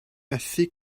methu